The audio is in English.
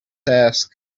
task